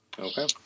Okay